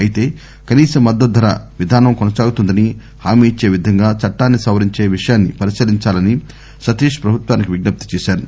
అయితే కనీస మద్దతు ధర విధానం కొనసాగుతుందని హామీ ఇచ్చే విధంగా చట్లాన్ని సవరించే విషయాన్ని పరిశీలిందాలని సతీష్ ప్రభుత్వానికి విజ్ఞప్తి చేశారు